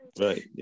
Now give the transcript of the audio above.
right